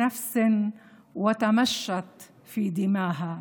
היא השתכנה בכל נפש והתפשטה בדמה.